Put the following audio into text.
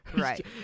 Right